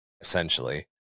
essentially